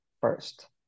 first